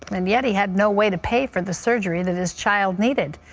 and yet he had no way to pay for the surgery that his child needed,